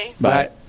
Bye